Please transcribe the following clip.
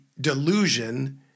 delusion